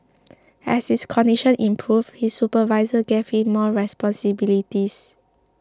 as his condition improved his supervisors gave him more responsibilities